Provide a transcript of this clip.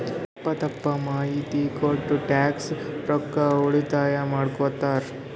ತಪ್ಪ ತಪ್ಪ ಮಾಹಿತಿ ಕೊಟ್ಟು ಟ್ಯಾಕ್ಸ್ ರೊಕ್ಕಾ ಉಳಿತಾಯ ಮಾಡ್ಕೊತ್ತಾರ್